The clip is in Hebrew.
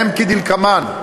שהם כדלקמן: